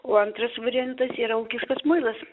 o antras variantas yra ūkiškas muilas